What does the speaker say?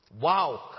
Wow